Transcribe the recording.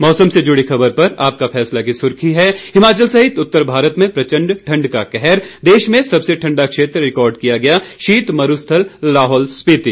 मौसम से जुड़ी ख़बर पर आपका फैसला की सुर्खी है हिमाचल सहित उतर भारत में प्रचंड ठंड का कहर देश में सबसे ठंडा क्षेत्र रिकार्ड किया गया शीत मरूस्थल लाहौल स्पिति